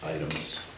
items